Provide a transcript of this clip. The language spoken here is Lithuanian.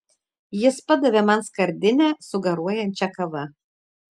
jis padavė man skardinę su garuojančia kava